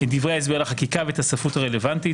את דברי ההסבר לחקיקה ואת הספרות הרלוונטית?